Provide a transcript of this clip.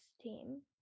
team